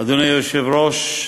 אדוני היושב-ראש,